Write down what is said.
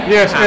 Yes